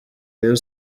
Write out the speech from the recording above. rayon